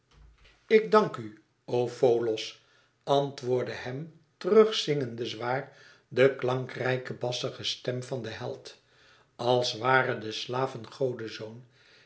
ik dank u o folos antwoordde hem terug zingende zwaar de klankrijke bassige stem van den held als ware de slaaf een